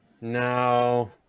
No